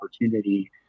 opportunity